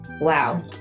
Wow